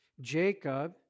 Jacob